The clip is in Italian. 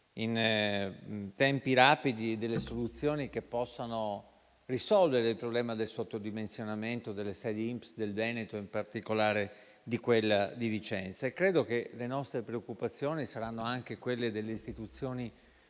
in tempi rapidi delle soluzioni che possano risolvere il problema del sottodimensionamento delle sedi INPS del Veneto, in particolare di quella di Vicenza. Credo che le nostre preoccupazioni saranno anche quelle delle istituzioni